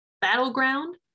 Battleground